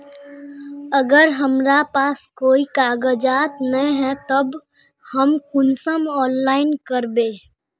अगर हमरा पास कोई कागजात नय है तब हम कुंसम ऑनलाइन करबे?